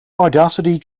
audacity